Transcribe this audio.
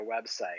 website